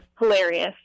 hilarious